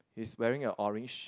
is wearing a orange